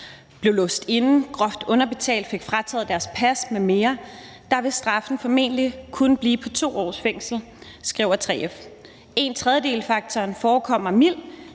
blev låst inde, groft underbetalt, fik frataget deres pas m.m. – vil straffen formentlig kun blive på 2 års fængsel, skriver 3F. En tredjedel-faktoren forekommer mild,